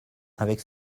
avec